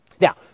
Now